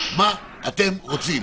מה אתם רוצים.